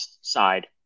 side